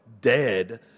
dead